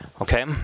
Okay